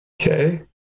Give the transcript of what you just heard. okay